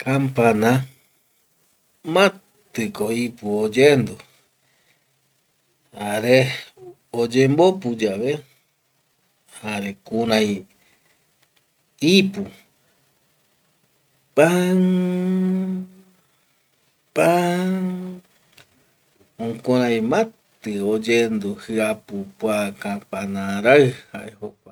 Kapana matiko ipu oyendu jare oyembopuyave jare kurai ipu pan annnn. pan.....annnn, jukurai mati oyendu jiapu kua kapanarai jae jokua